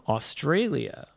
Australia